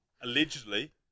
allegedly